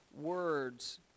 words